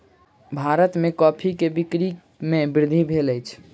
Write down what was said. भारत में कॉफ़ी के बिक्री में वृद्धि भेल अछि